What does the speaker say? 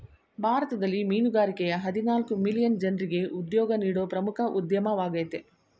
ಭಾರತದಲ್ಲಿ ಮೀನುಗಾರಿಕೆಯ ಹದಿನಾಲ್ಕು ಮಿಲಿಯನ್ ಜನ್ರಿಗೆ ಉದ್ಯೋಗ ನೀಡೋ ಪ್ರಮುಖ ಉದ್ಯಮವಾಗಯ್ತೆ